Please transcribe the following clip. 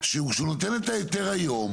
שכשהוא נותן את ההיתר היום,